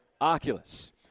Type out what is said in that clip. Oculus